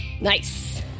Nice